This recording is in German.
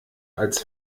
als